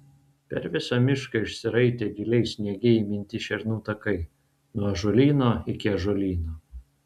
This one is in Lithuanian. per visą mišką išsiraitė giliai sniege įminti šernų takai nuo ąžuolyno iki ąžuolyno